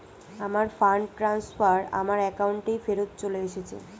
আমার fund transfer আমার অ্যাকাউন্টেই ফেরত চলে এসেছে